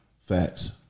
Facts